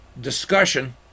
discussion